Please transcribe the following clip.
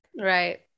Right